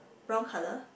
brown colour